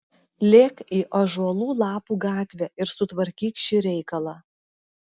lėk į ąžuolų lapų gatvę ir sutvarkyk šį reikalą